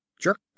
jerk